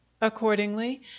Accordingly